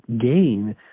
gain